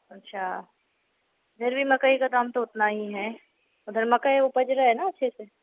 अच्छा इधर भी मकई का दाम तो उतना ही है उधर मकई उपज़ रहा है ना अच्छे से